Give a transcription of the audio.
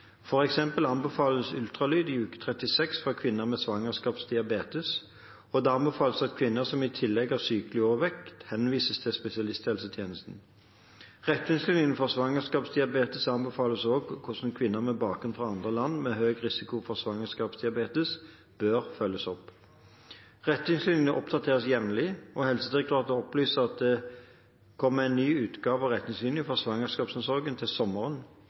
anbefales ultralyd i uke 36 for kvinner med svangerskapsdiabetes, og det anbefales at kvinner som i tillegg har sykelig overvekt, henvises til spesialisthelsetjenesten. Retningslinjene for svangerskapsdiabetes anbefaler også hvordan kvinner med bakgrunn fra land med høy risiko for svangerskapsdiabetes bør følges opp. Retningslinjene oppdateres jevnlig, og Helsedirektoratet opplyser at det kommer en ny utgave av retningslinjene for svangerskapsomsorgen til sommeren.